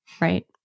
right